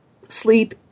sleep